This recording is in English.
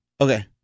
Okay